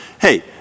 hey